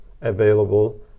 available